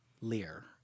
Lear